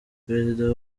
perezida